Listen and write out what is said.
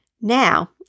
Now